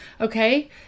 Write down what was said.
Okay